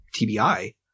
TBI